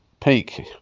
peak